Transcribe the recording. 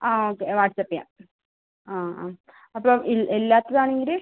ആ okay WhatsApp ചെയ്യാം ആ ആ അപ്പം ഇല്ലാത്തതാണെങ്കിൽ